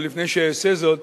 ולפני שאעשה זאת